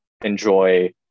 enjoy